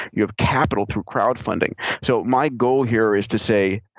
you have capital through crowd funding. so my goal here is to say,